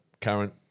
current